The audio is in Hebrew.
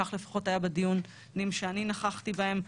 כך לפחות היה בדיונים שאני נכחתי בהם.